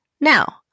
Now